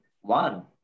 one